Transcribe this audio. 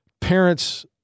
Parents